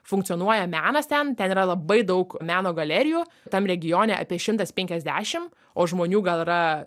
funkcionuoja menas ten ten yra labai daug meno galerijų tam regione apie šimtas penkiasdešim o žmonių gal yra